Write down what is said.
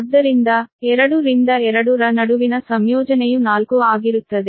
ಆದ್ದರಿಂದ 2 ರಿಂದ 2 ರ ನಡುವಿನ ಸಂಯೋಜನೆಯು 4 ಆಗಿರುತ್ತದೆ